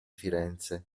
firenze